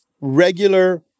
regular